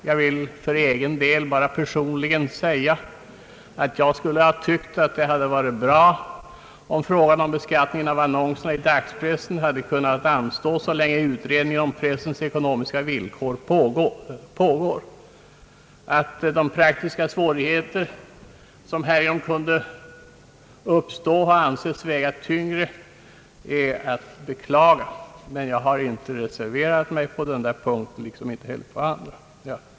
Personligen vill jag bara säga att jag skulle ha tyckt att det hade varit bra om frågan om beskattningen av annonserna i dagspressen hade kunnat anstå så länge en utredning om pressens ekonomiska villkor pågår. Att de praktiska svårigheter, som härigenom kunde uppstå, har ansetts väga tyngre är att beklaga. Men jag har inte reserverat mig.